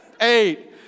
Eight